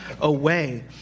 away